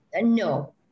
no